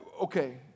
Okay